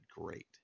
great